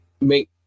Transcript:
Make